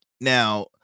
now